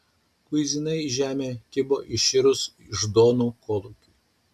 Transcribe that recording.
kuizinai į žemę kibo iširus iždonų kolūkiui